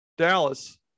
dallas